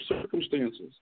circumstances